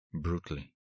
Brutally